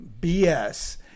BS